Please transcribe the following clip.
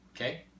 Okay